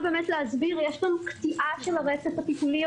באמת להסביר קטיעה של הרצף הטיפולי,